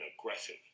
aggressive